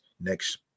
next